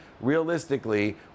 Realistically